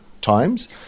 times